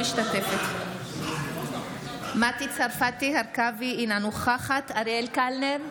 משתתפת מטי צרפתי הרכבי, אינה נוכחת אריאל קלנר,